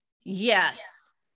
yes